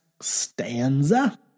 stanza